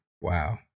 Wow